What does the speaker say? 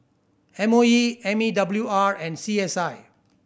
M O E M E W R and C S I